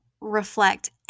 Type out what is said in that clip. reflect